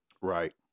right